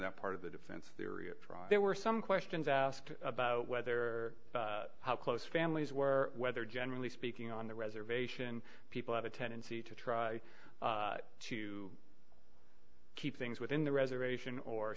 that part of the defense theory there were some questions asked about whether how close families were whether generally speaking on the reservation people have a tendency to try to keep things within the reservation or